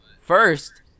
first